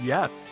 Yes